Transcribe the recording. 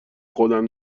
خودم